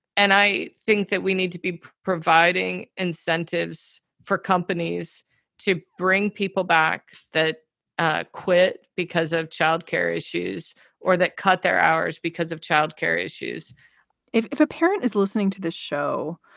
and i think that we need to be providing incentives for companies to bring people back that ah quit because of childcare issues or that cut their hours because of childcare issues if if a parent is listening to the show